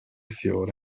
fiore